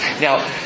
Now